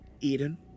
Eden